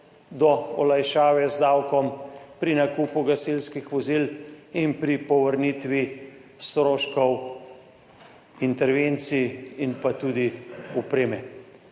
do olajšave z davkom pri nakupu gasilskih vozil in pri povrnitvi stroškov intervencij in pa tudi opreme.